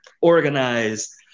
organize